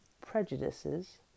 prejudices